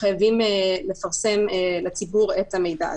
שחייבים לפרסם לציבור את המידע הזה.